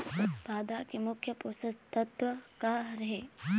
पौधा के मुख्य पोषकतत्व का हर हे?